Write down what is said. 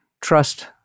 trust